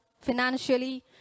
Financially